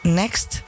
next